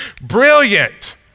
Brilliant